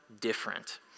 different